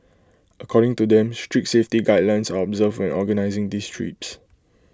according to them strict safety guidelines are observed when organising these trips